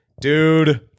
Dude